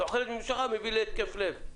תוחלת ממושכה מביאה להתקף לב.